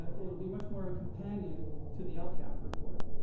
it'll be much more of a companion to the lcap report.